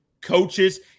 coaches